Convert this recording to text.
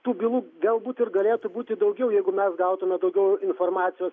tų bylų galbūt ir galėtų būti daugiau jeigu mes gautume daugiau informacijos